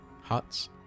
huts